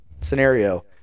scenario